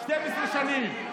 12 שנים,